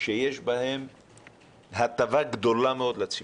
שיש בהן הטבה גדולה מאוד לציבור.